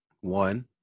one